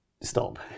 stop